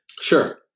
Sure